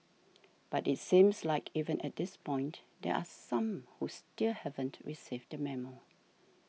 but it seems like even at this point there are some who still haven't received the memo